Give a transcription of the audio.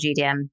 GDM